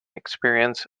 experience